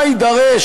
מה יידרש,